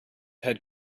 had